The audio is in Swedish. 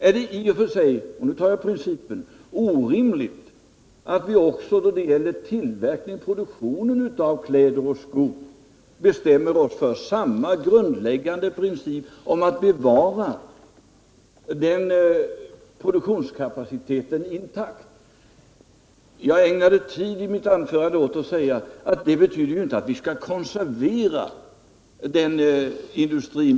Är det i och för sig — och nu talar jag om principen — orimligt att vi också då det gäller tillverkningen av kläder och skor bestämmer oss för samma grundläggande princip: att bevara produktionskapaciteten intakt? Jag ägnade tid i mitt anförande åt att säga att det ju inte betyder att vi skall konservera denna industri.